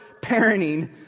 parenting